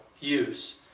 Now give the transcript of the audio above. use